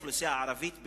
האוכלוסייה הערבית,